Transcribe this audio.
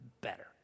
better